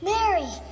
Mary